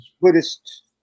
Buddhist